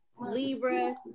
Libras